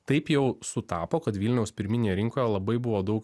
taip jau sutapo kad vilniaus pirminėje rinkoje labai buvo daug